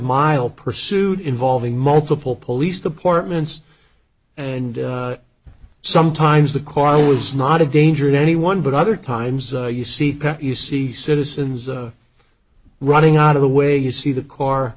mile pursued involving multiple police departments and sometimes the coral was not a danger to anyone but other times you see you see citizens running out of the way you see the car